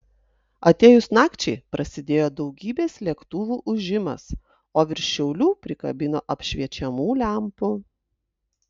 atėjus nakčiai prasidėjo daugybės lėktuvų ūžimas o virš šiaulių prikabino apšviečiamų lempų